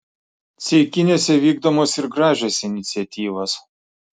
ceikiniuose vykdomos ir gražios iniciatyvos